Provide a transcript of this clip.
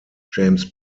james